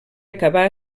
acabà